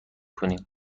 کنیم